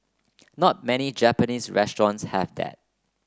not many Japanese restaurants have that